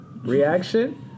reaction